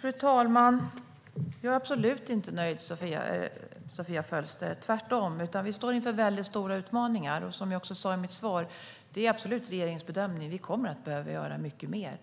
Fru talman! Jag är absolut inte nöjd, Sofia Fölster - tvärtom. Vi står inför mycket stora utmaningar. Som jag också sa i mitt svar är det regeringens bedömning att vi kommer att behöva göra mycket mer.